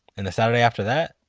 and the saturday after that?